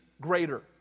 greater